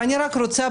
ואני רוצה,